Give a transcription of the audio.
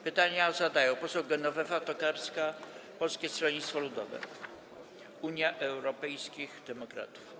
Pytania zada poseł Genowefa Tokarska, Polskie Stronnictwo Ludowe - Unia Europejskich Demokratów.